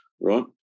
right